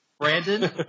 Brandon